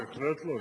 בהחלט לא.